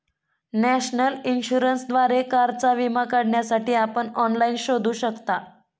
national इन्शुरन्सद्वारे कारचा विमा काढण्यासाठी आपण ऑनलाइन शोधू शकता